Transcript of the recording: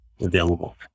available